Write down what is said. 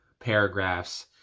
paragraphs